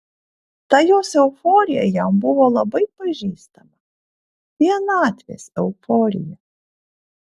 ta jos euforija jam buvo labai pažįstama vienatvės euforija